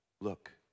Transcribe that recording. look